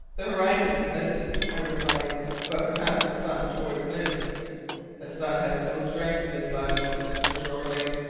the horizon is misty, i replied but perhaps the sun towards noon the sun has no strength in this latitude, mr. jeorling,